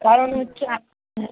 কারণ হচ্ছে